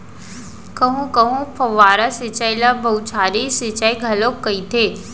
कहूँ कहूँ फव्वारा सिंचई ल बउछारी सिंचई घलोक कहिथे